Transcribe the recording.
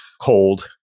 cold